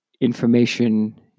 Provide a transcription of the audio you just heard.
information